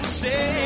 say